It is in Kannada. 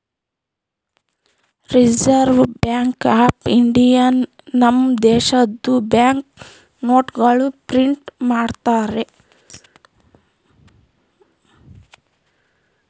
ರಿಸರ್ವ್ ಬ್ಯಾಂಕ್ ಆಫ್ ಇಂಡಿಯಾನೆ ನಮ್ ದೇಶದು ಬ್ಯಾಂಕ್ ನೋಟ್ಗೊಳ್ ಪ್ರಿಂಟ್ ಮಾಡ್ತುದ್